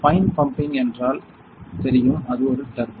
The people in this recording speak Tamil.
பைன் பம்பிங் என்றால் தெரியும் அது ஒரு டர்போ